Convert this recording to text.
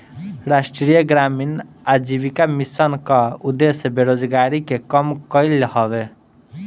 राष्ट्रीय ग्रामीण आजीविका मिशन कअ उद्देश्य बेरोजारी के कम कईल हवे